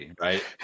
right